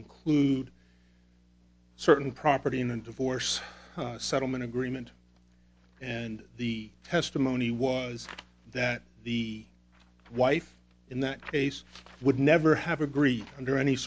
include certain property in a divorce settlement agreement and the testimony was that the wife in that case would never have agreed under any